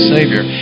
Savior